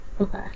Okay